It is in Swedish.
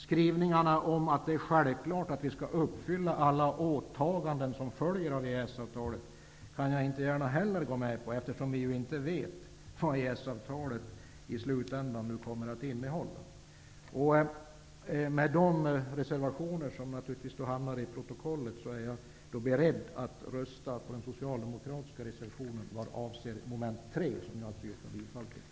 Skrivningarna om att det är självklart att vi skall uppfylla alla de åtaganden som följer av EES avtalet kan jag inte heller gå med på, eftersom vi inte vet vad EES-avtalet kommer att innehålla i slutändan. Med dessa reservationer, som har tagits till protokollet, är jag beredd att rösta för den socialdemokratiska reservation vad avser mom. 3, som jag yrkar bifall till.